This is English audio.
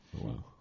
Wow